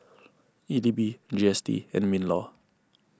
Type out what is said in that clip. E D B G S T and MinLaw